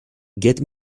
get